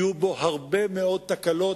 יהיו בו הרבה מאוד תקלות.